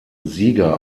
sieger